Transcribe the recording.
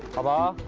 hello.